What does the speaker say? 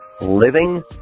Living